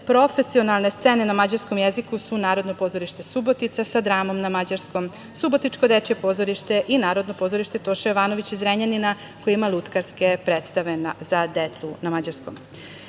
Profesionalne scene na mađarskom jeziku su Narodno pozorište Subotica sa dramom na mađarskom, Subotičko dečije pozorište i Narodno pozorište „Toša Jovanović“ iz Zrenjanina koje ima lutkarske predstave za decu na mađarskom. Izdavačkom